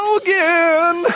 again